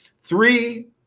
three